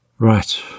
Right